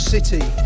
City